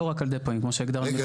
לא רק הדפואים, כמו שהגדרנו קודם.